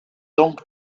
donc